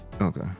okay